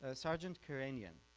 ah sergeant koranian.